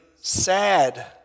sad